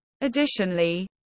Additionally